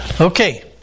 Okay